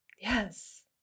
Yes